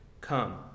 Come